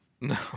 No